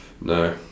No